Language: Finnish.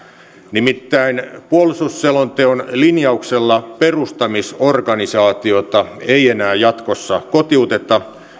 nimittäin puolustusselonteon linjauksella perustamisorganisaatiota ei enää jatkossa kotiuteta